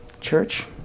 Church